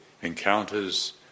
encounters